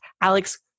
Alex